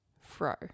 Fro